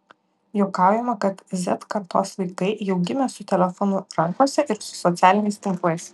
juokaujama kad z kartos vaikai jau gimė su telefonu rankose ir su socialiniais tinklais